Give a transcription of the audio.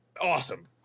awesome